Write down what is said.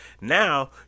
Now